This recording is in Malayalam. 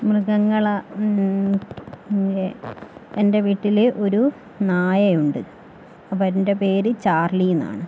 മൃഗങ്ങള് എൻ്റെ വീട്ടില് ഒരു നായ ഉണ്ട് അവൻ്റെ പേര് ചാർളീ എന്നാണ്